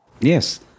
Yes